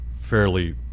fairly